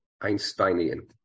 Einsteinian